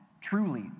truly